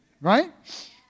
Right